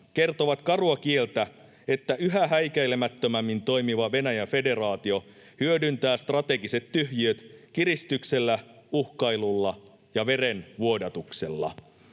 kertovat karua kieltä, että yhä häikäilemättömämmin toimiva Venäjän federaatio hyödyntää strategiset tyhjiöt kiristyksellä, uhkailulla ja verenvuodatuksella.